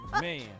Man